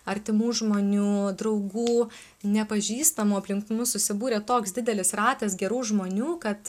artimų žmonių draugų nepažįstamų aplink mus susibūrė toks didelis ratas gerų žmonių kad